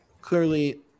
Clearly